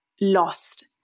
lost